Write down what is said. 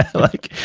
like,